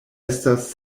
estas